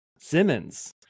simmons